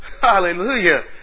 Hallelujah